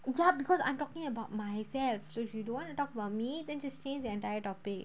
ya because I'm talking about myself so if you don't want to talk about me then just change the entire topic